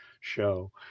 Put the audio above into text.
show